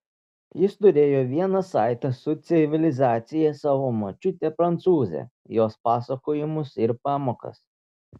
jis turėjo vieną saitą su civilizacija savo močiutę prancūzę jos pasakojimus ir pamokas